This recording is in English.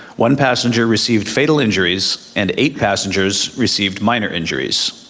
one passenger received fatal injuries and eight passengers received minor injuries.